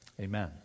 Amen